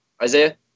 Isaiah